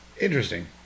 Interesting